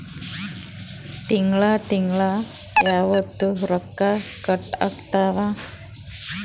ತಿಂಗಳ ತಿಂಗ್ಳ ಯಾವತ್ತ ರೊಕ್ಕ ಕಟ್ ಆಗ್ತಾವ?